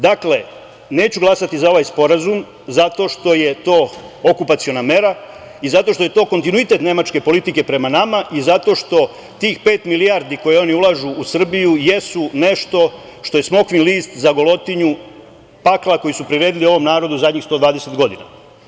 Dakle, neću glasati za ovaj sporazum zato što je to okupaciona mera i zato što je to kontinuitet nemačke politike prema nama i zato što tih pet milijardi koje oni ulažu u Srbiju jesu nešto što je smokvin list za golotinju pakla koji su priredili ovom narodu zadnjih 120 godina.